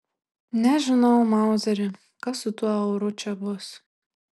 nežinau mauzeri kas su tuo euru čia bus